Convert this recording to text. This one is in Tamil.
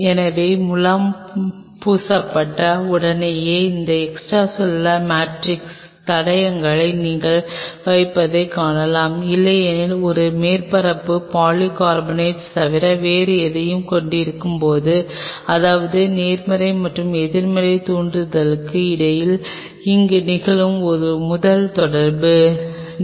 எனவே முலாம் பூசப்பட்ட உடனேயே அவற்றின் எக்ஸ்ட்ரா செல்லுலார் மேட்ரிக்ஸ் தடயங்களை நீங்கள் வைப்பதைக் காணலாம் இல்லையெனில் ஒரு மேற்பரப்பு பாலிகார்பனேட்டைத் தவிர வேறு எதையும் கொண்டிருக்கும்போது அதாவது நேர்மறை மற்றும் எதிர்மறை தூண்டுதல்களுக்கு இடையில் இங்கு நிகழும் இந்த முதல் தொடர்பு டி